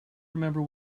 remember